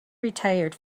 retired